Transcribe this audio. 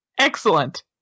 Excellent